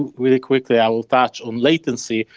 really quickly, i will touch on latency,